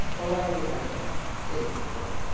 o i a. right now at eighty four.